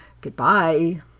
Goodbye